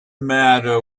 matter